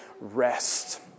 rest